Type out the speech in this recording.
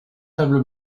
tables